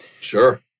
Sure